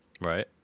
Right